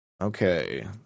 Okay